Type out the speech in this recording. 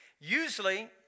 Usually